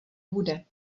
bude